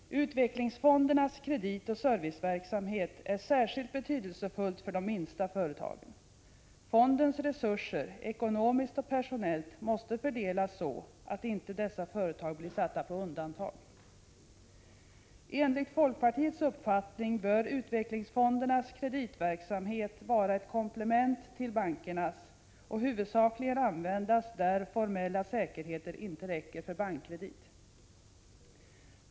Utvecklingsfondernas kreditoch serviceverksamhet är särskilt betydelsefull för de minsta företagen. Fondens resurser — ekonomiskt och personellt — måste fördelas så, att inte dessa företag blir satta på undantag. Enligt folkpartiets uppfattning bör utvecklingsfondernas kreditverksamhet vara ett komplement till bankernas och huvudsakligen användas där formella säkerheter inte räcker för bankkredit.